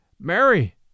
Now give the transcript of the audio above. Mary